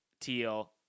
Teal